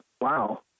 wow